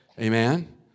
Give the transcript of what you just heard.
Amen